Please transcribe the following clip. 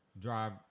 drive